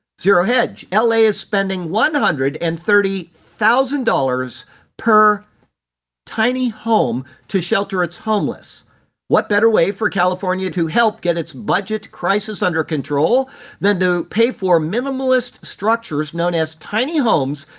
zero hb ah la is spending one hundred and thirty thousand dollars per tiny home to shelter its homeless what better way for california to help get its budget crisis under control than to pay for minimalist structures, known as tiny homes,